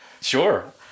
Sure